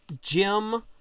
Jim